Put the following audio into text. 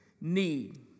need